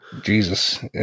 Jesus